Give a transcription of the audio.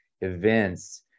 events